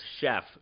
chef